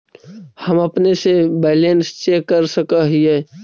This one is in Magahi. हम अपने से बैलेंस चेक कर सक हिए?